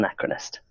Anachronist